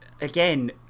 again